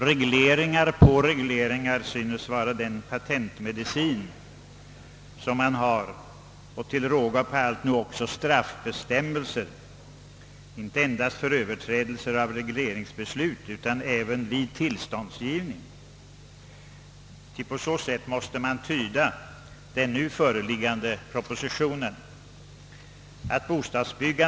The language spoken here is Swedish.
Regleringar på regleringar synes vara patentmedicinen. Till råga på allt skall vi nu också få straffbestämmelser, inte endast för överträdelser av regleringsbeslut utan även vid tillståndsgivning. Så måste den föreliggande propositionen tolkas.